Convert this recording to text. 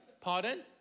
pardon